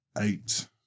eight